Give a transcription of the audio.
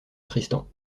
tristan